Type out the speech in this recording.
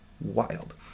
Wild